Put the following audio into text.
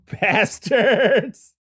bastards